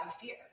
fear